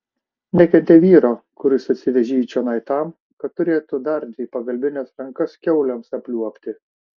nekentė vyro kuris atsivežė jį čionai tam kad turėtų dar dvi pagalbines rankas kiaulėms apliuobti